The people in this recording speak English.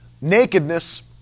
nakedness